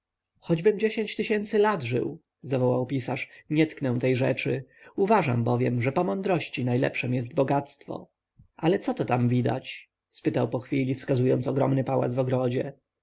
choćbym dziesięć tysięcy lat żył zawołał pisarz nie tknę tej rzeczy uważam bowiem że po mądrości najlepszem jest bogactwo ale co to tam widać spytał po chwili wskazując na ogromny pałac w ogrodzie